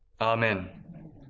Amen